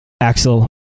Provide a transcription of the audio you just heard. Axel